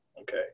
Okay